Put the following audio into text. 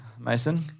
Mason